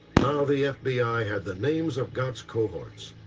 now, the fbi had the names of gott's cohorts.